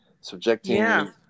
subjecting